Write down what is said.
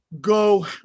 go